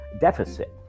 deficit